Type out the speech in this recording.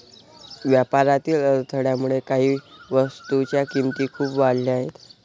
व्यापारातील अडथळ्यामुळे काही वस्तूंच्या किमती खूप वाढल्या आहेत